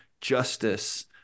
justice